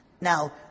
Now